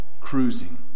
cruising